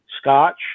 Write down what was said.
scotch